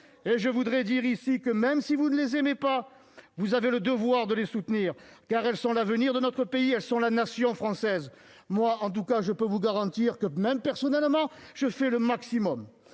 » Je voudrais dire ici que, même si vous ne les aimez pas, vous avez le devoir de les soutenir. Elles sont l'avenir de notre pays, elles sont la nation française. Moi, en tout cas, je peux vous garantir que, personnellement, je fais le maximum